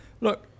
look